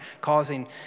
causing